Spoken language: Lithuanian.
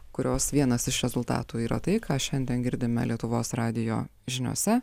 kurios vienas iš rezultatų yra tai ką šiandien girdime lietuvos radijo žiniose